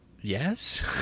Yes